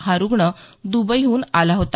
हा रुग्ण दुबईहून आला होता